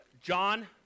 John